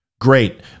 Great